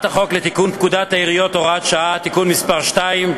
החוק לתיקון פקודת העיריות (הוראת שעה) (תיקון מס' 2),